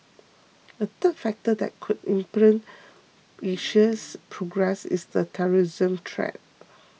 a third factor that could impede Asia's progress is the terrorism threat